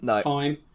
fine